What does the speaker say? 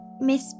Miss